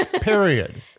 Period